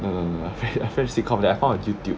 no no no a french~ a french sitcom that I found on youtube